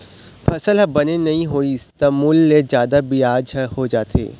फसल ह बने नइ होइस त मूल ले जादा बियाज ह हो जाथे